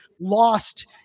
lost